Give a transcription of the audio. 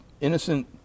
innocent